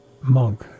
monk